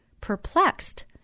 perplexed